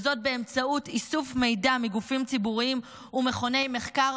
וזאת באמצעות איסוף מידע מגופים ציבוריים ומכוני מחקר,